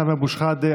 סמי אבו שחאדה,